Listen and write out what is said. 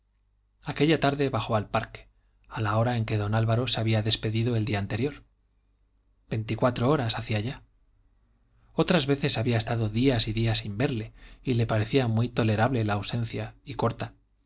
aquella tarde bajó al parque a la hora en que don álvaro se había despedido el día anterior veinticuatro horas hacía ya otras veces había estado días y días sin verle y le parecía muy tolerable la ausencia y corta